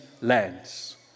lands